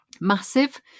Massive